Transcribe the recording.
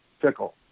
Fickle